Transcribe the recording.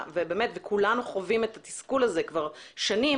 כולנו חווים את התסכול הזה שנים,